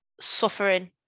suffering